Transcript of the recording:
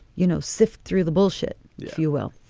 you know, sift through the bullshit, if you will.